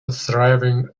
thriving